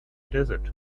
desert